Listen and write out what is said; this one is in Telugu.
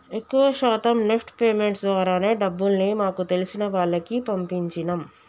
ఎక్కువ శాతం నెఫ్ట్ పేమెంట్స్ ద్వారానే డబ్బుల్ని మాకు తెలిసిన వాళ్లకి పంపించినం